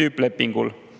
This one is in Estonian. tüüplepingul.